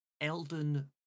Elden